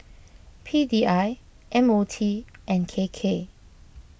P D I M O T and K K